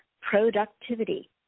productivity